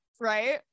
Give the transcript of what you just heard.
Right